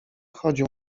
chodził